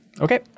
Okay